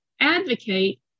advocate